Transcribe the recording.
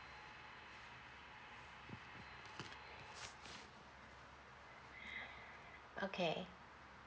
okay